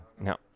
No